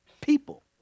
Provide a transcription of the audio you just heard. people